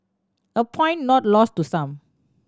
a point not lost to some